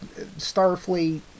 Starfleet